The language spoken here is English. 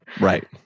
Right